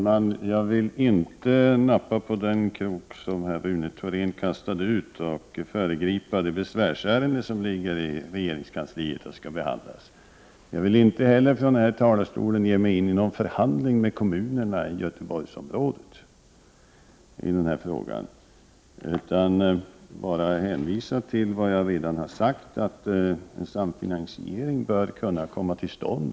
Herr talman! Jag vill inte nappa på den krok som Rune Thorén kastade ut och föregripa det besvärsärende som skall behandlas i regeringskansliet. Jag vill heller inte från denna talarstol ge mig in i någon förhandling med kommunerna i Göteborgsområdet när det gäller den här frågan. Jag hänvisar bara till vad jag redan har sagt, att en samfinansiering bör kunna komma till stånd.